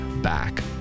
back